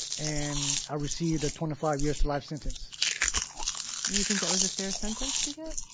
and i received a twenty five years to life sentence do you think that was a fair sentence to get?